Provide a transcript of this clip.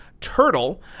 turtle